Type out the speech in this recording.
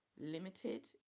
limited